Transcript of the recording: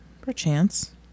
Perchance